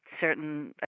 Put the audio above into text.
certain